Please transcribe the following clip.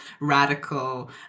radical